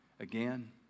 Again